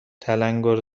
تلنگور